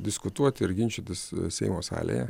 diskutuoti ir ginčytis seimo salėje